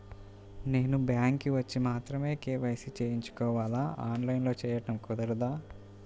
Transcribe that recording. నేను బ్యాంక్ వచ్చి మాత్రమే కే.వై.సి చేయించుకోవాలా? ఆన్లైన్లో చేయటం కుదరదా?